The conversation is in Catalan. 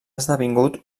esdevingut